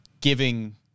giving